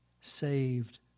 saved